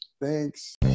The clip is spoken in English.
Thanks